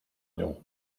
nią